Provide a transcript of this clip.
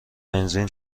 بنزین